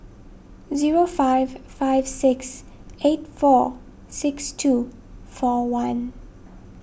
zero five five six eight four six two four one